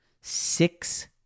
Six